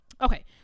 Okay